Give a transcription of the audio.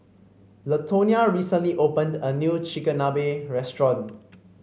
Latonia recently opened a new Chigenabe restaurant